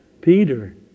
Peter